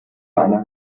einer